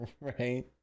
Right